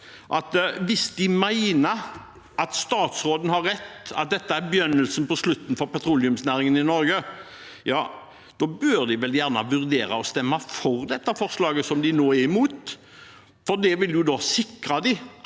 Hvis de mener at statsråden har rett, at dette er begynnelsen på slutten for petroleumsnæringen i Norge, da bør de vel vurdere å stemme for dette forslaget som de nå er imot, for det ville jo sikre dem